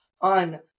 on